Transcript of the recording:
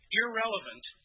irrelevant